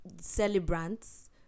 celebrants